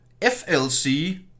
FLC